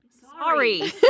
sorry